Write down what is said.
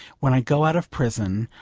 when i go out of prison,